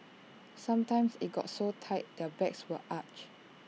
sometimes IT got so tight their backs were arched